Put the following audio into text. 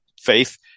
faith